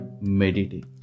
Meditate